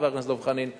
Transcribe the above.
חבר הכנסת דב חנין,